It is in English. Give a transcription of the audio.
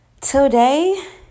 Today